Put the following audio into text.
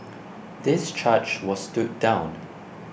this charge was stood down